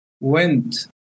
went